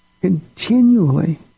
continually